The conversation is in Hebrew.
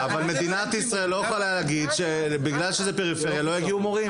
מדינת ישראל לא יכולה להגיד שבגלל שזה פריפריה לא הגיעו מורים,